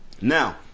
Now